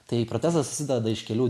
tai protezas susideda iš kelių